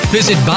Visit